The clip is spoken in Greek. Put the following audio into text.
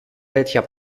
τέτοια